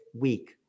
week